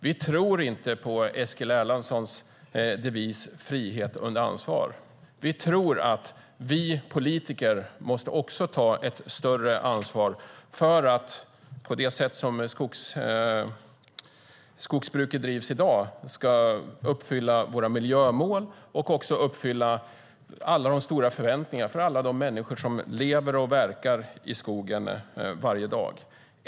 Vi tror inte på Eskil Erlandssons devis om frihet under ansvar. Vi tror att vi politiker också måste ta ett större ansvar för att skogsbruket, på det sätt som det bedrivs i dag, ska uppfylla våra miljömål och också de höga förväntningarna från alla de människor som lever och verkar i skogen varje dag.